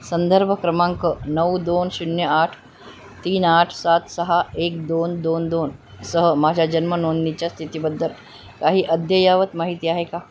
संदर्भ क्रमांक नऊ दोन शून्य आठ तीन आठ सात सहा एक दोन दोन दोन सह माझ्या जन्मनोंदणीच्या स्थितीबद्दल काही अद्ययावत माहिती आहे का